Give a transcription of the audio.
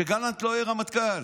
שגלנט לא יהיה רמטכ"ל.